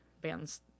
bands